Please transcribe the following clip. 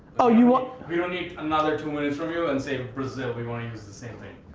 oh you want we don't need another two minutes from you and say brazil, we wanna use the same thing.